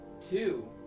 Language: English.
Two